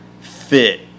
fit